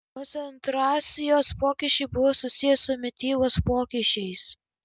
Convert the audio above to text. koncentracijos pokyčiai buvo susiję su mitybos pokyčiais